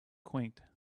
quaint